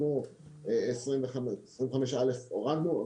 כמו 25(א) הורדנו.